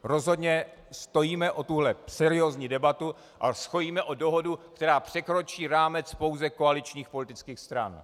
Rozhodně stojíme o tuto seriózní debatu a stojíme o dohodu, která překročí rámec pouze koaličních politických stran.